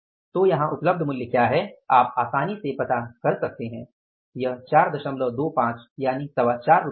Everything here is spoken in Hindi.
तो यहां उपलब्ध मूल्य क्या है आप आसानी से पता कर सकते हैं यह 425 है